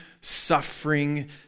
suffering